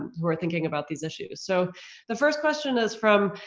who are thinking about these issues. so the first question is from,